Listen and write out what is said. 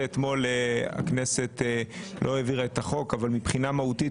אתמול הכנסת לא העבירה את החוק אבל מבחינה מהותית,